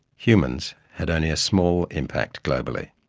humans had only a small impact globally.